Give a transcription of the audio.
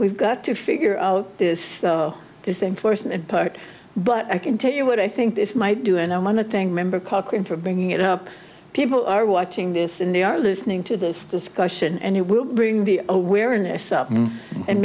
we've got to figure out this is the enforcement part but i can tell you what i think this might do and i won the thing remember cochran for bringing it up people are watching this and they are listening to this discussion and it will bring the awareness up and